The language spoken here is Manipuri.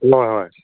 ꯍꯣꯏ ꯍꯣꯏ